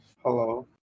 Hello